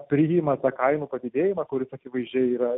priima tą kainų padidėjimą kuris akivaizdžiai yra